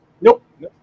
Nope